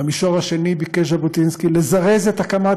במישור השני ביקש ז'בוטינסקי לזרז את הקמת